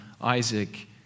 Isaac